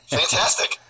fantastic